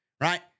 right